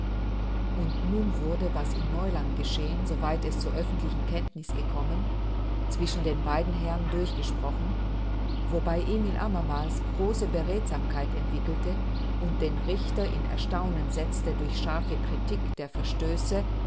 und nun wurde was in neuland geschehen so weit es zur öffentlichen kenntniß gekommen zwischen den beiden herren durchgesprochen wobei emil abermals große beredtsamkeit entwickelte und den richter in erstaunen setzte durch scharfe kritik der verstöße